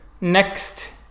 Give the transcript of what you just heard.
Next